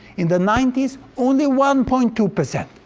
in the ninety s, only one point two percent,